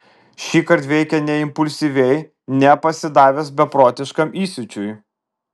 šįkart veikė ne impulsyviai ne pasidavęs beprotiškam įsiūčiui